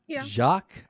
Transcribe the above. Jacques